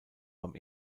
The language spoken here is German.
beim